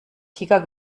kicker